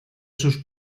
sus